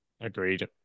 Agreed